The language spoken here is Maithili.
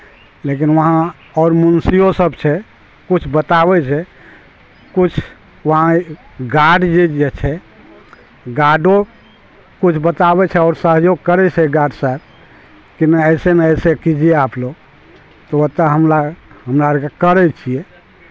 लेकिन वहाँ आओर मुन्शिओसब छै किछु बताबै छै किछु वहाँ गार्डजी जे छै गार्डो किछु बताबै छै आओर सहयोग करै छै गार्ड साहेब कि नहि अइसे नहि अइसे कीजिए आप लोग तऽ ओतए हमला हमरा आओरके करै छिए